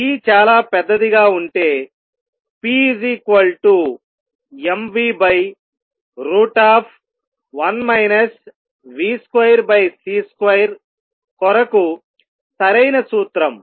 v చాలా పెద్దదిగా ఉంటే pmv1 v2c2 కొరకు సరైన సూత్రం